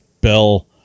Bell